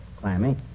Clammy